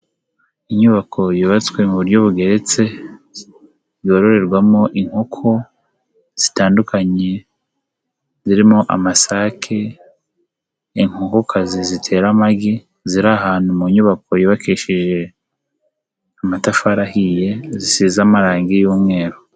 Inyubako yubatswe mu buryo bugeretse yororerwamo inkoko zitandukanye zirimo amasake, inkoko kazizi zitera amagi ziri ahantu mu nyubako yubakishije amatafari ahiye zisize amarange y'umweru.